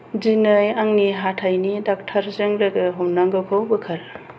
दिनै आंंनि हाथाइनि डाक्टार जों लोगो हमनांगौखौ बोखार